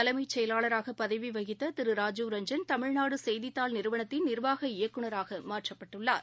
தலைமைச் செயலாளராக பதவி வகித்த திரு ராஜீவ் ரஞ்சன் தமிழ்நாடு செய்தித் தாள் நிறுவனத்தின் நிர்வாக இயக்குநராக மாற்றப்பட்டுள்ளார்